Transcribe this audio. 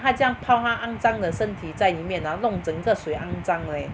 他这样泡他肮脏的身体在里面 ah 弄整个水肮脏 leh